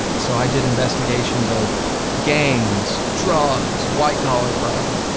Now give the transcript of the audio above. so i did investigations of gangs, drugs, white collar crime,